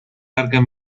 larga